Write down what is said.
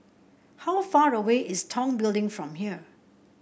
how far away is Tong Building from here